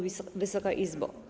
Wysoka Izbo!